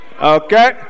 Okay